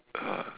uh